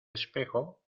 espejo